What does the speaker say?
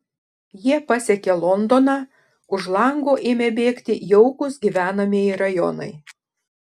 jie pasiekė londoną už lango ėmė bėgti jaukūs gyvenamieji rajonai